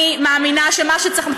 אני מאמינה שמה שצריך,